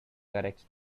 correct